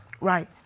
Right